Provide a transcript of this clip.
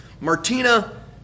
Martina